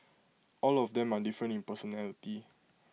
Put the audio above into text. all of them are different in personality